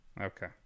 Okay